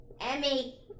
Emmy